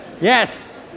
Yes